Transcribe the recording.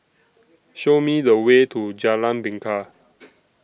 Show Me The Way to Jalan Bingka